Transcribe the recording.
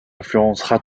influencera